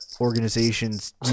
Organizations